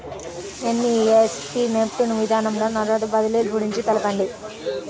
NEFT NEFT విధానంలో నగదు బదిలీ గురించి తెలుపండి?